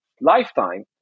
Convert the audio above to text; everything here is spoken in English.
lifetime